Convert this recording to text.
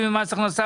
זיכוי".